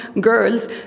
girls